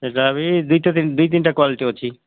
ସେଟା ବି ଦୁଇ'ଟା ଦୁଇ ତିନିଟା କ୍ୱାଲିଟି ଅଛି